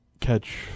catch